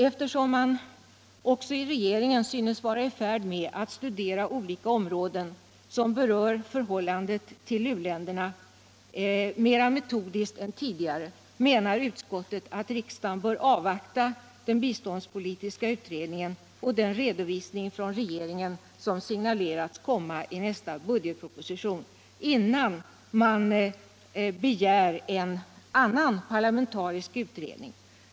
Eftersom man också i regeringen synes vara i färd med att metodiskt studera olika områden som berör förhållandet till u-länderna menar utskottet, att riksdagen bör avvakta den biståndspolitiska utredningen och den redovisning från regeringen som signalerats komma i nästa budgetlproposition innan man begär ytterligare en parlamentarisk utredning.